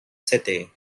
settee